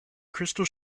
crystal